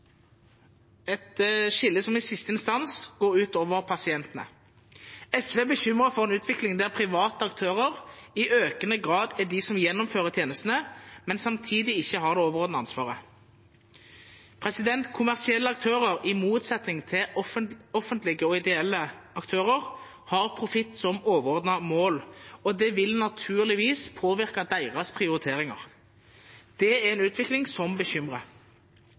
et skille som i siste instans går ut over pasientene. SV er bekymret over en utvikling der private aktører i økende grad er de som gjennomfører tjenestene, men samtidig ikke har det overordnede ansvaret. Kommersielle aktører, i motsetning til offentlige og ideelle aktører, har profitt som overordnet mål, og det vil naturligvis påvirke deres prioriteringer. Det er en utvikling som bekymrer.